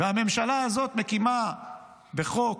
והממשלה הזאת מקימה בחוק